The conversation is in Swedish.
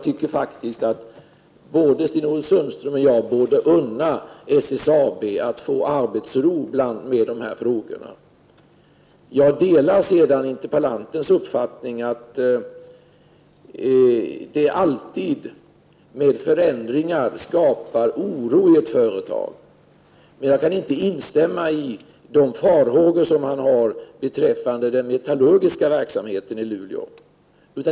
Sten-Ove Sundström och jag bör unna SSAB att få arbetsro med dessa frågor. Jag delar interpellantens uppfattning att förändringar alltid skapar oroi ett företag. Däremot kan jag inte instämma i de farhågor han har beträffande den metallurgiska verksamheten i Luleå.